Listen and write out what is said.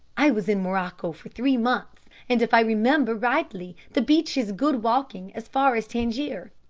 i was in morocco for three months, and if i remember rightly the beach is good walking as far as tangier.